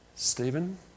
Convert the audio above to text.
Stephen